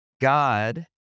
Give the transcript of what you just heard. God